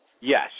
Yes